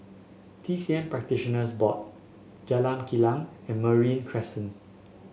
T C M Practitioners Board Jalan Kilang and Merino Crescent